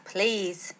Please